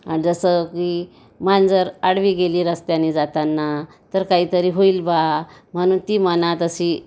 जसं की मांजर आडवी गेली रस्त्यानी जाताना तर काही तरी होईल बा म्हणून ती मनात अशी